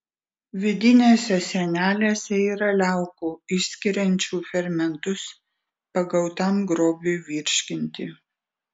vidinėse sienelėse yra liaukų išskiriančių fermentus pagautam grobiui virškinti